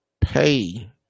pay